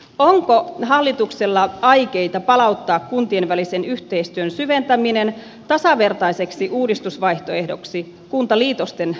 alkon hallituksella aikeita palauttaa kuntien välisen yhteistyön syventäminen tasavertaiseksi uudistusvaihtoehdoksi kuntaliitosten